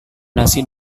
nasi